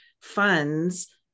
funds